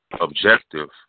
objective